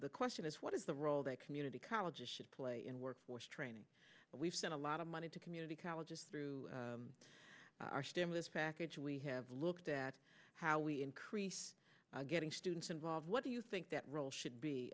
the question is what is the role that community colleges should play in workforce training but we've seen a lot of money to community colleges through our stimulus package we have looked at how we increase getting students involved what do you think that role should be